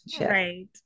Right